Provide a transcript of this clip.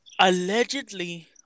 allegedly